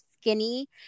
skinny